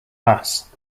masse